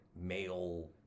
male